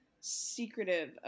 secretive